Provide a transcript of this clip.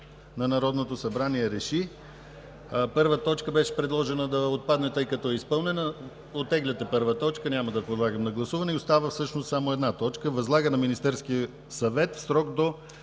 на Народното събрание реши:“ Първа точка беше предложена да отпадне, тъй като е изпълнена. Оттегляте първа точка, няма да я подлагам на гласуване и остава всъщност само една точка: „Възлага на Министерския съвет в срок до